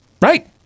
right